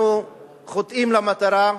אנחנו חוטאים למטרה.